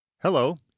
Hello